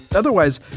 otherwise,